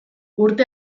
urte